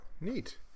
Neat